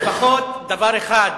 לפחות דבר אחד